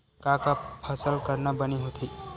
का का फसल करना बने होथे?